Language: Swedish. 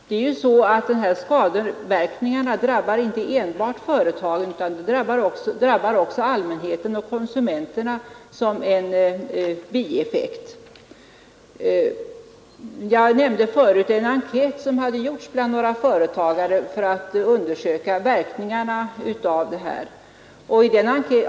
Dessa skadeverkningar drabbar inte enbart företagen utan också allmänheten och konsumenterna som en bieffekt. Jag nämnde förut en enkät som gjorts bland några företagare för att undersöka verkningarna av detta.